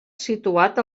situat